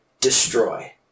destroy